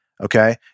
okay